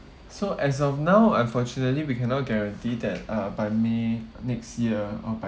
so as of now unfortunately we cannot guarantee that uh by may next year or